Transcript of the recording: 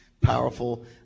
powerful